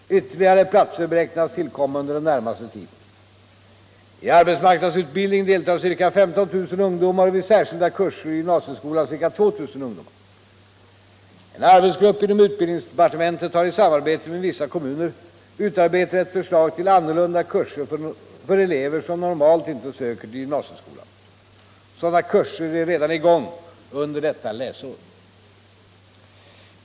Ytterligare platser beräknas tillkomma under den närmaste tiden. I arbetsmarknadsutbildningen deltar ca 15 000 ungdomar och vid särskilda kurser i gymnasieskolan ca 2000 ungdomar. En arbetsgrupp inom utbildningsdepartementet har i samarbete med vissa kommuner utarbetat ett förslag till annorlunda kurser för elever som normalt inte söker till gymnasieskolan. Sådana kurser är redan i gång under detta läsår.